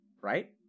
Right